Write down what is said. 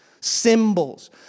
symbols